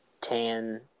tan